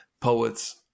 Poets